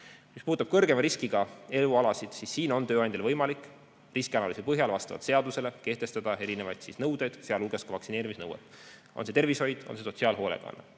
Mis puudutab kõrgema riskiga elualasid, siis siin on tööandjal võimalik riskianalüüsi põhjal vastavalt seadusele kehtestada erinevaid nõudeid, sh ka vaktsineerimisnõue. On see tervishoid, on see sotsiaalhoolekanne.